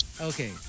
Okay